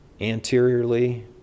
anteriorly